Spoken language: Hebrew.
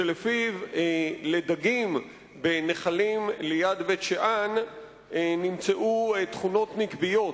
ולפיו לדגים בנחלים ליד בית-שאן נמצאו תכונות נקביות